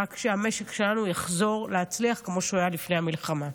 רק שהמשק שלנו יחזור להצליח כמו שהוא היה לפני המלחמה.